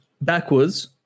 backwards